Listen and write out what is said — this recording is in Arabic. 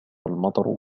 المطر